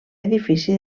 edifici